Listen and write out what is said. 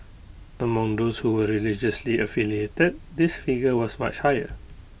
among those who were religiously affiliated this figure was much higher